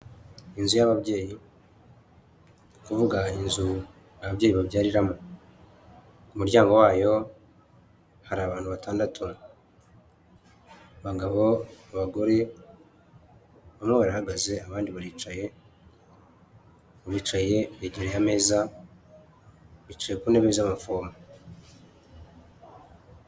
Inzu y'ababyeyi; nukuvuga inzu ababyeyi babyariramo, kumuryango wayo hari abantu batandatu, abagabo, abagore bamwe barahagaze abandi baricaye, bicaye begereye ameza bicaye ku ntebe z'abafomu.